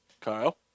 Kyle